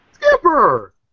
Skipper